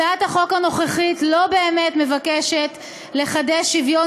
הצעת החוק הנוכחית לא באמת מבקשת לחדש שוויון